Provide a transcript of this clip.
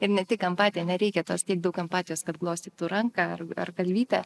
ir ne tik empatiją nereikia tos tiek daug empatijos kad glostytų ranką ar galvytę